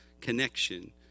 connection